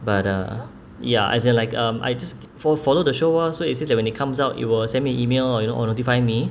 but uh ya as in like um I just fo~ follow the show orh so it says that when it comes out it will send me an email or you know or notify me